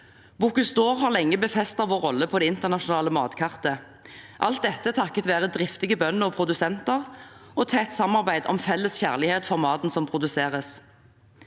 Bocuse d’Or har lenge befestet vår rolle på det internasjonale matkartet – alt dette takket være driftige bønder og produsenter og et tett samarbeid om felles kjærlighet for maten som produseres.